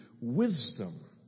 wisdom